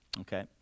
okay